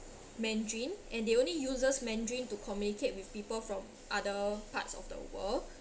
mandarin and they only uses mandarin to communicate with people from other parts of the world